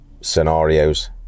scenarios